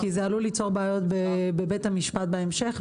כי זה עלול ליצור בעיות בבית המשפט בהמשך,